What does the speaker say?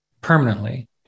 permanently